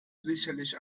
sicherlich